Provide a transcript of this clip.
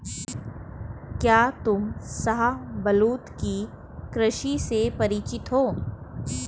क्या तुम शाहबलूत की कृषि से परिचित हो?